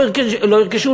לא ירכשו,